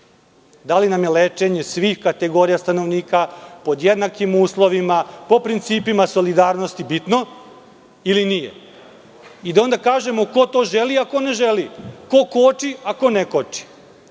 Da li nam je lečenje svih kategorija stanovnika pod jednakim uslovima po principima solidarnosti bitno, ili nije. Onda da kažemo ko to želi, a ko ne želi, ko koči, a ko ne